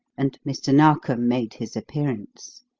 and mr. narkom made his appearance.